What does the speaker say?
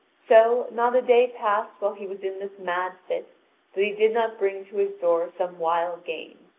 so, not a day passed while he was in this mad fit that he did not bring to his door some wild game.